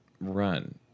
run